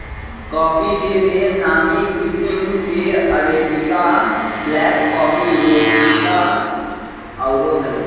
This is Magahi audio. कॉफी के लेल नामी किशिम में अरेबिका, ब्लैक कॉफ़ी, रोबस्टा आउरो हइ